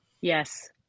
Yes